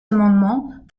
amendements